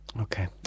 Okay